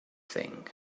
thing